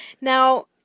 Now